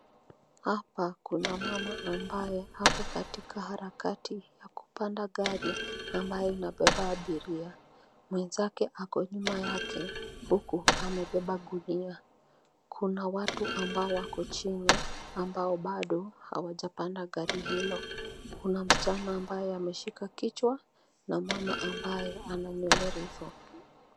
Hapa kuna mama ambaye ako katika harakati ya kupanda gari ambayo inabeba abiria, mwenzake ako nyuma yake huku amebeba gunia. Kuna watu ambao wako chini ambao bado hawajapanda gari hilo, kuna msichana ambaye ameshika kichwa na mama ambaye ananywele refu.